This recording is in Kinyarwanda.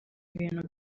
ibintu